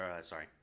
sorry